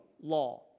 law